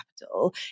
capital